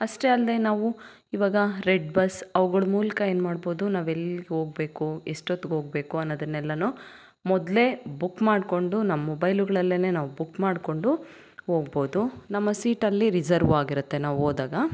ಅಷ್ಟೆ ಅಲ್ಲದೇ ನಾವು ಇವಾಗ ರೆಡ್ ಬಸ್ ಅವುಗಳ ಮೂಲಕ ಏನ್ಮಾಡ್ಬೋದು ನಾವೆಲ್ಲಿಗೆ ಹೋಗ್ಬೇಕು ಎಷ್ಟೊತ್ತಿಗೆ ಹೋಗ್ಬೇಕು ಅನ್ನೋದನ್ನೆಲ್ಲವೂ ಮೊದಲೇ ಬುಕ್ ಮಾಡ್ಕೊಂಡು ನಮ್ಮ ಮೊಬೈಲುಗಳಲ್ಲೇನೆ ನಾವು ಬುಕ್ ಮಾಡಿಕೊಂಡು ಹೋಗ್ಬೋದು ನಮ್ಮ ಸೀಟ್ ಅಲ್ಲಿ ರಿಸರ್ವ ಆಗಿರುತ್ತೆ ನಾವು ಹೋದಾಗ